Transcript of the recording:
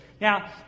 Now